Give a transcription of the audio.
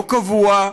לא קבוע,